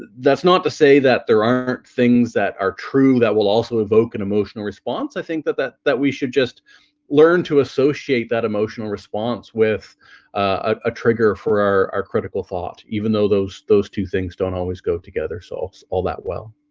that's not to say that there aren't things that are true that will also evoke an emotional response i think that, that that we should just learn to associate that emotional response with a trigger for our our critical thought even though those, those two things don't always go together so all that well